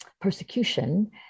persecution